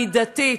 מידתית?